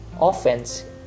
offense